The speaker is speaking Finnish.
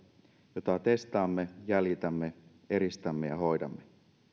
jota testaamme jäljitämme eristämme ja hoidamme